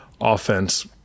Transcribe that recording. Offense